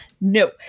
No